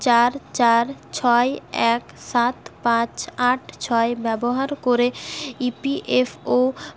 চার চার ছয় এক সাত পাঁচ আট ছয় ব্যবহার করে ইপিএফও